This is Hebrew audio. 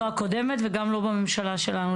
לא הקודמת וגם לא בממשלה שלנו,